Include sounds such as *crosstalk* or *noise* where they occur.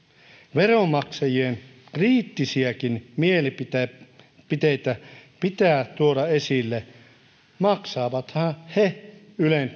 veronmaksajien kriittisiäkin mielipiteitä pitää tuoda esille maksavathan he ylen *unintelligible*